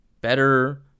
better